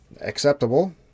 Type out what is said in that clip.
acceptable